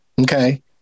Okay